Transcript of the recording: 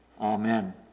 Amen